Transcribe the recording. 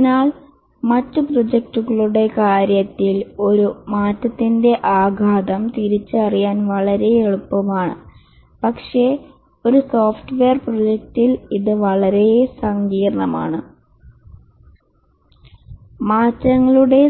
അതിനാൽ മറ്റ് പ്രോജക്റ്റുകളുടെ കാര്യത്തിൽ ഒരു മാറ്റത്തിന്റെ ആഘാതം തിരിച്ചറിയാൻ വളരെ എളുപ്പമാണ് പക്ഷേ ഒരു സോഫ്റ്റ്വെയർ പ്രോജക്റ്റിൽ ഇത് വളരെ സങ്കീർണ്ണമാണ് മാറ്റങ്ങളുടെ